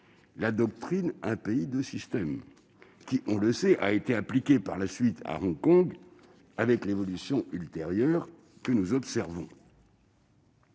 la doctrine « un pays, deux systèmes », qui, on le sait, a été appliquée ensuite à Hong Kong, avec l'évolution ultérieure que nous observons.